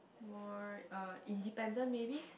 more uh independent maybe